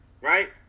right